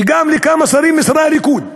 וגם לכמה שרים משרי הליכוד.